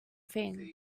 thing